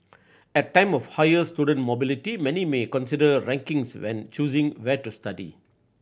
at time of higher student mobility many may consider rankings when choosing where to study